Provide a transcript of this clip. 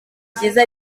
byiza